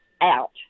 out